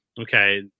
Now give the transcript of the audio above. okay